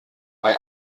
bei